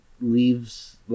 leaves